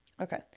Okay